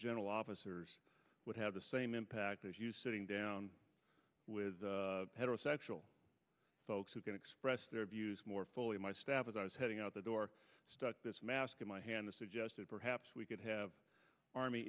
general officers would have the same impact as you sitting down with heterosexual folks who can express their views more fully my staff as i was heading out the door this mask in my hand suggested perhaps we could have army